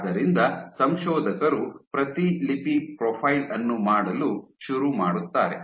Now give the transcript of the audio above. ಆದ್ದರಿಂದ ಸಂಶೋಧಕರು ಪ್ರತಿಲಿಪಿ ಪ್ರೊಫೈಲ್ ಅನ್ನು ಮಾಡಲು ಶುರು ಮಾಡುತ್ತಾರೆ